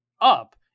up